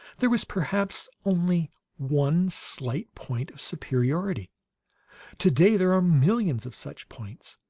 there was perhaps only one slight point of superiority today there are millions of such points.